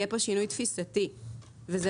יהיה